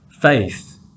Faith